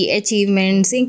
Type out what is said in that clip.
achievements